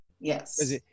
yes